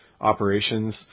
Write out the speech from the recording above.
operations